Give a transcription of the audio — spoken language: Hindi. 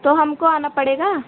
तो हमको आना पड़ेगा